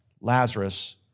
Lazarus